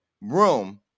room